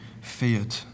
feared